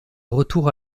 retour